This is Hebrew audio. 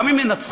גם אם מנצחים,